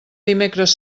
dimecres